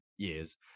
Years